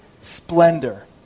splendor